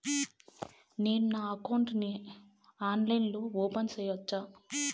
నేను నా అకౌంట్ ని ఆన్లైన్ లో ఓపెన్ సేయొచ్చా?